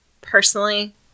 Personally